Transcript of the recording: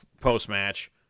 post-match